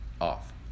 off